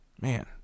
Man